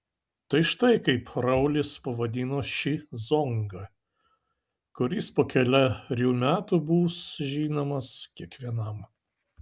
tai štai kaip raulis pavadino šį zongą kuris po kelerių metų bus žinomas kiekvienam